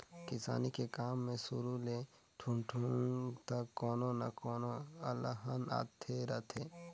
किसानी के काम मे सुरू ले ठुठुंग तक कोनो न कोनो अलहन आते रथें